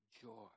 joy